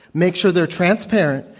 make sure they're transparent,